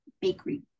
bakery